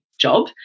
job